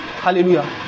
Hallelujah